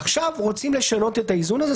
עכשיו רוצים לשנות את האיזון הזה,